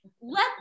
let